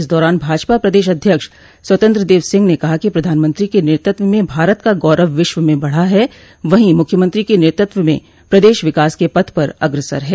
इस दौरान भाजपा प्रदेश अध्यक्ष स्वतंत्र देव सिंह ने कहा कि प्रधानमंत्री के नेतृत्व में भारत का गौरव विश्व में बढ़ा है वहीं मुख्यमंत्री के नेतृत्व में प्रदेश विकास के पथ पर अग्रसर है